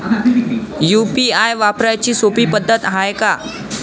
UPI वापराची सोपी पद्धत हाय का?